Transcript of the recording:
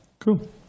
Cool